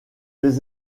les